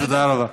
תודה רבה.